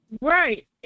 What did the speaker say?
Right